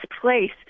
place